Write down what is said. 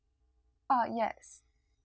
ah yes